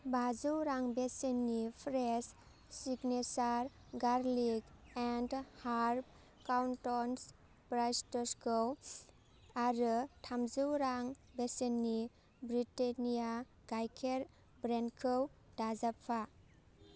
बाजौ रां बेसेननि fresh' signature garlic and herb crouton बाइट्सखौ आरो थामजौ रां बेसेननि ब्रिटेन्निया गाइखेर ब्रेडखौ दाजाबफा